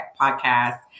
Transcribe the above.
podcast